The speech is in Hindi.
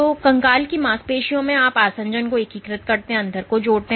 तो कंकाल की मांसपेशी कोशिकाओं में आप आसंजन को एकीकृत करते हैं जो अंदर को जोड़ते हैं